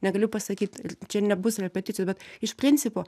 negaliu pasakyt ir čia nebus repeticijų bet iš principo